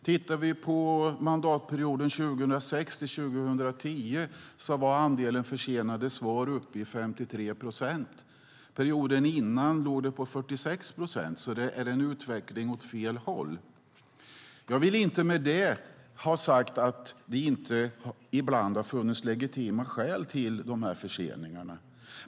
Under mandatperioden 2006-2010 var andelen försenade svar uppe i 53 procent. Perioden innan låg den på 46 procent. Det är en utveckling åt fel håll. Jag vill inte med det ha sagt att det inte ibland har funnits legitima skäl till de här förseningarna.